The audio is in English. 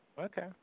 Okay